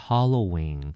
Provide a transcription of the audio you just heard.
Halloween